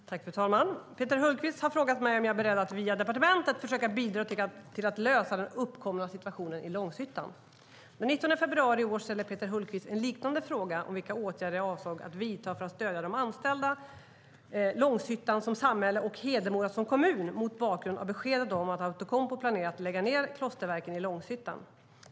Fru talman! Peter Hultqvist har frågat mig om jag är beredd att via departementet försöka bidra till att lösa den uppkomna situationen i Långshyttan. Den 19 februari i år ställde Peter Hultqvist en liknande fråga om vilka åtgärder jag avsåg att vidta för att stödja de anställda, Långshyttan som samhälle och Hedemora som kommun mot bakgrund av beskedet om att Outokumpu planerar att lägga ned Klosterverken i Långshyttan .